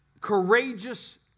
courageous